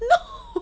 no